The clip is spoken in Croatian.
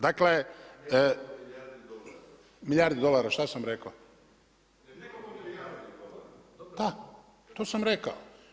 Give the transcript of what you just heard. Dakle milijardu dolara, šta sam rekao? … [[Upadica se ne razumije.]] Da, to sam rekao.